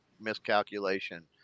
miscalculation